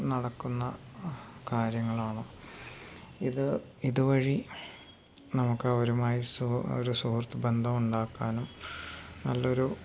നടക്കുന്ന കാര്യങ്ങളാണ് ഇത് ഇതുവഴി നമുക്ക് അവരുമായി സു ഒരു സുഹൃത്ത് ബന്ധം ഉണ്ടാക്കാനും നല്ലൊരു